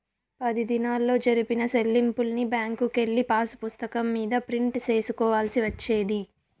పది దినాల్లో జరిపిన సెల్లింపుల్ని బ్యాంకుకెళ్ళి పాసుపుస్తకం మీద ప్రింట్ సేసుకోవాల్సి వచ్చేది